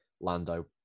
Lando